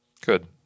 good